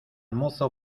mozo